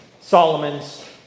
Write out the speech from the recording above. Solomon's